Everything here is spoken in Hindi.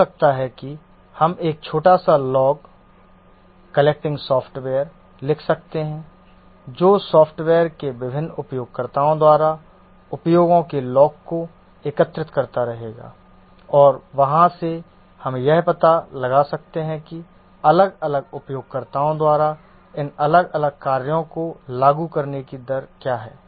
हो सकता है कि हम एक छोटा सा लॉग कलेक्टिंग सॉफ्टवेयर लिख सकते हैं जो सॉफ्टवेयर के विभिन्न उपयोगकर्ताओं द्वारा उपयोगों के लॉग को एकत्रित करता रहेगा और वहां से हम यह पता लगा सकते हैं कि अलग अलग उपयोगकर्ताओं द्वारा इन अलग अलग कार्यों को लागू करने की दर क्या है